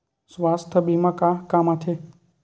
सुवास्थ बीमा का काम आ थे?